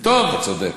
אתה צודק.